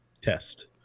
test